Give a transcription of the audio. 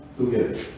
together